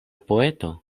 poeto